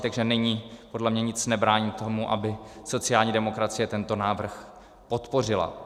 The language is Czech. Takže nyní podle mě nic nebrání tomu, aby sociální demokracie tento návrh podpořila.